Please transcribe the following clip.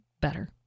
better